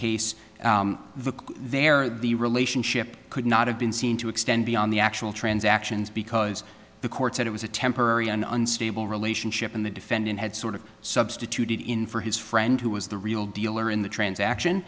case the there the relationship could not have been seen to extend beyond the actual transactions because the court said it was a temporary and unstable relationship and the defendant had sort of substituted in for his friend who was the real deal or in the transaction